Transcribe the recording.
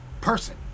person